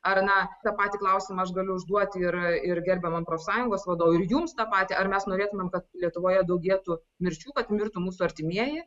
ar na tą patį klausimą aš galiu užduoti yra ir gerbiamam profsąjungos vadovui ir jums tą patį ar mes norėtumėm kad lietuvoje daugėtų mirčių kad mirtų mūsų artimieji